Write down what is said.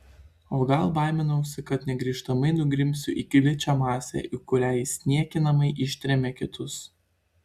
o gal baiminausi kad negrįžtamai nugrimsiu į gličią masę į kurią jis niekinamai ištrėmė kitus